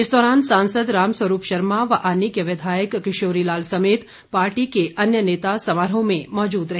इस दौरान सांसद रामस्वरूप शर्मा और आनी के विधायक किशोरी लाल समेत पार्टी के अन्य नेता समारोह में मौजूद रहे